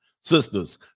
Sisters